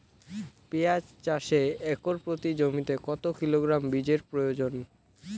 পেঁয়াজ চাষে একর প্রতি জমিতে কত কিলোগ্রাম বীজের প্রয়োজন?